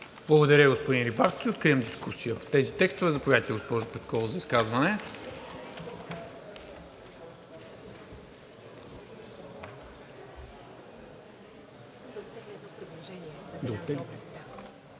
Благодаря, господин Рибарски. Откривам дискусията. Заповядайте, госпожо Петкова, за изказване.